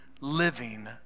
living